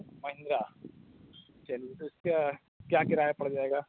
مہنگا چلیے تو اس کا کیا کرایہ پڑ جائے گا